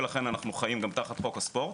ולכן אנחנו חיים גם תחת חוק הספורט.